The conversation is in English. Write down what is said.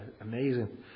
amazing